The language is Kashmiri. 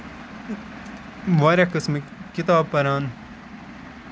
واریاہ قٕسمٕکۍ کِتابہٕ پَران